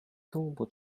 turbo